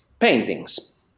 Paintings